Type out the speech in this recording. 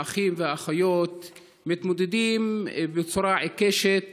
האחים והאחיות מתמודדים בצורה עיקשת